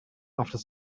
after